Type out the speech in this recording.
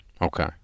okay